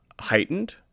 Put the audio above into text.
heightened